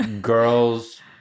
girls